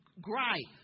gripe